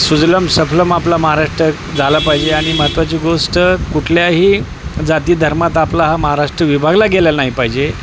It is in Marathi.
सुजलाम सफलाम आपला महाराष्ट्र झाला पाहिजे आणि महत्त्वाची गोष्ट कुठल्याही जातीधर्मात आपला हा महाराष्ट्र विभागला गेलेला नाही पाहिजे